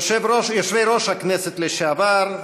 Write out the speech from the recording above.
יושבי-ראש הכנסת לשעבר,